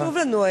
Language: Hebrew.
חשוב לנו.